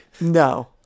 No